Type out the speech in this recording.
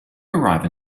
arrive